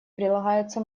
прилагается